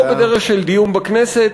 לא בדרך של דיון בכנסת,